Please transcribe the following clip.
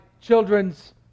children's